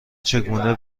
چگونه